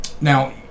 Now